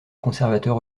conservateurs